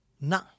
No